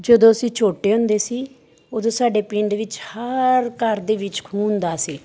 ਜਦੋਂ ਅਸੀਂ ਛੋਟੇ ਹੁੰਦੇ ਸੀ ਉਦੋਂ ਸਾਡੇ ਪਿੰਡ ਵਿੱਚ ਹਰ ਘਰ ਦੇ ਵਿੱਚ ਖੂਹ ਹੁੰਦਾ ਸੀ